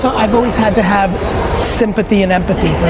so i've always had to have sympathy and empathy